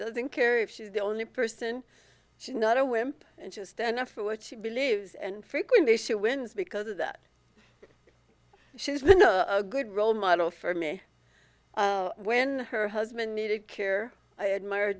doesn't care if she's the only person she's not a wimp and just enough for what she believes and frequently she wins because of that she's been a good role model for me when her husband needed care i admire